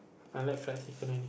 I like fried chicken only